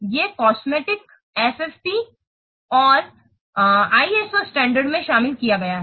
ये cosmetic FFP जिसे ISO standard में शामिल किया गया है